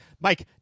Mike